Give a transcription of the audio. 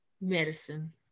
medicine